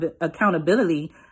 accountability